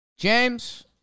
James